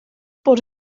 bod